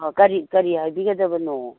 ꯑꯣ ꯀꯔꯤ ꯀꯔꯤ ꯍꯥꯏꯕꯤꯒꯗꯕꯅꯣ